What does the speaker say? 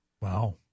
Wow